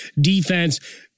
defense